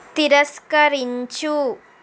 తిరస్కరించు